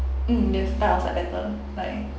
mm yes buy outside better like